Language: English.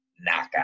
knockout